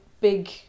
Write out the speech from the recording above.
big